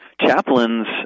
Chaplains